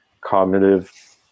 cognitive